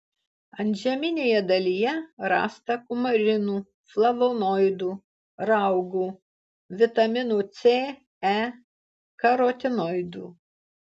antžeminėje dalyje rasta kumarinų flavonoidų raugų vitaminų c e karotinoidų